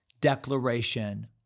declaration